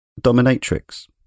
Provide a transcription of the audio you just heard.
dominatrix